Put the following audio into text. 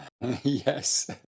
Yes